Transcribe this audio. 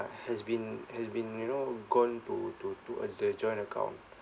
has been has been you know gone to to to uh the joint account